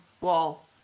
wall